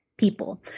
people